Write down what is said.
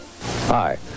Hi